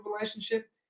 relationship